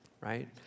right